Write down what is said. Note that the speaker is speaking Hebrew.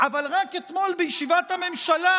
אבל רק אתמול בישיבת הממשלה,